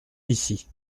ici